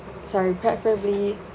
sorry preferably